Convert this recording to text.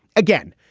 again,